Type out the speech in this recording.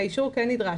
האישור כן נדרש.